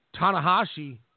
Tanahashi